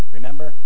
Remember